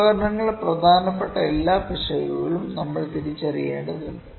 ഉപകരണങ്ങളുടെ പ്രധാനപ്പെട്ട എല്ലാ പിശകുകളും നമ്മൾ തിരിച്ചറിയേണ്ടതുണ്ട്